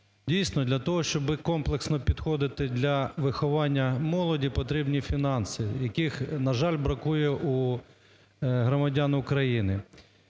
дійсно для того, щоб комплексно підходити до виховання молоді потрібні фінанси, яких, на жаль, бракує у громадян України.